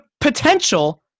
potential